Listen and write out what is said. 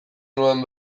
nuen